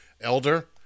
elder